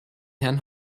herrn